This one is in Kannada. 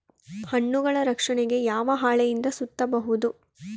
ಹಣ್ಣುಗಳ ರಕ್ಷಣೆಗೆ ಯಾವ ಹಾಳೆಯಿಂದ ಸುತ್ತಬಹುದು?